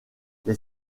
les